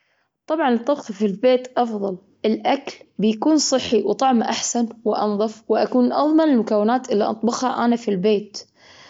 طبعا، الطبخ في البيت أفضل. الأكل بيكون صحي وطعمه أحسن وأنظف، وأكون أضمن المكونات اللي أطبخها أنا في البيت.